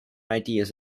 ideas